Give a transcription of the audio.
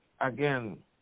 again